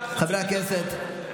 אז חברי הכנסת,